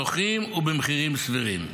נוחים ובמחירים סבירים.